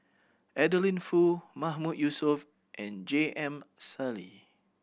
Adeline Foo Mahmood Yusof and J M Sali